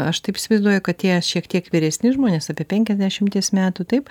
aš taip įsivaizduoju kad tie šiek tiek vyresni žmonės apie penkiasdešimties metų taip